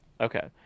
Okay